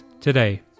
today